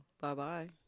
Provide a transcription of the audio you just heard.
Bye-bye